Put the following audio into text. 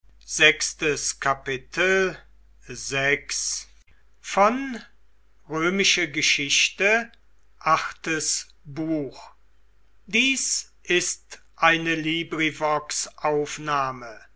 sind ist eine